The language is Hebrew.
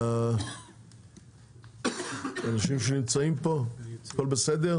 הכול בסדר?